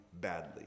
badly